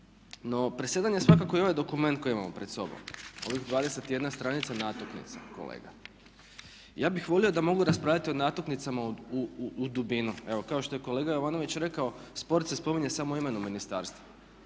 No, presedan je svakako i ovaj dokument koji imamo pred sobom, ovih 21 stranica natuknica kolega. Ja bih volio da mogu raspravljati o natuknicama u dubinu. Evo kao što je kolega Jovanović rekao sport se spominje samo u imenu ministarstva.